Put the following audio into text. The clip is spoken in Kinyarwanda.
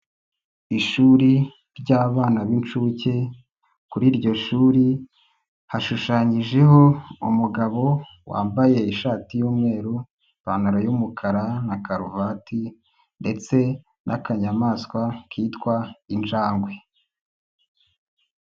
Ishuri ry'abana b'inshuke. Kuri iryo shuri hashushanyijeho umugabo wambaye ishati y'umweru, ipantaro y'umukara na karuvati ndetse n'akanyamaswa kitwa injangwe.